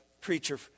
preacher